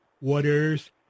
Waters